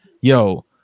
yo